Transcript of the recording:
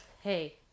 hey